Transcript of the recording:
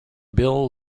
bill